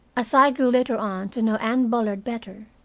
as i grew later on to know anne bullard better,